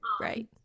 Right